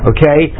Okay